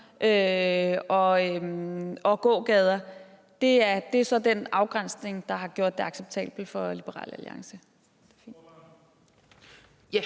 og gågader er så den afgrænsning, der har gjort det acceptabelt for Liberal Alliance.